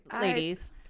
Ladies